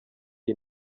iyi